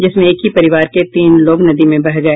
जिसमें एक ही परिवार के तीन लोग नदी में बह गए